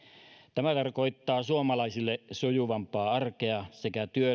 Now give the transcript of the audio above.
tämä tarkoittaa suomalaisille sujuvampaa arkea sekä työ